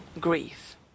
grief